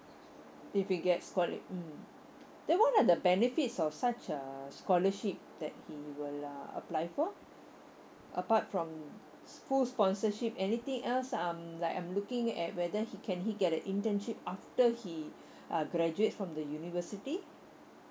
if he gets quali~ mm then what are the benefits of such a scholarship that he will uh apply for apart from school sponsorship anything else um like I'm looking at whether he can he get a internship after he uh graduates from the university